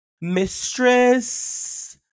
mistress